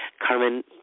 Carmen